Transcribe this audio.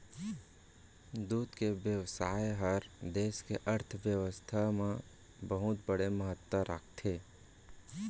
दूद के बेवसाय हर देस के अर्थबेवस्था म बहुत बड़े महत्ता राखथे